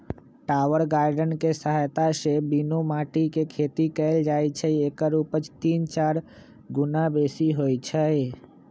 tower garden कें सहायत से बीनु माटीके खेती कएल जाइ छइ एकर उपज तीन चार गुन्ना बेशी होइ छइ